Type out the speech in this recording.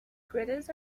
gritters